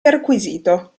perquisito